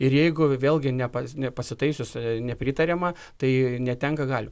ir jeigu vėlgi nepas nepasitaisius nepritariama tai netenka galių